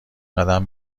قدم